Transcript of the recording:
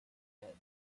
that